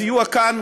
הסיוע כאן